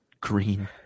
green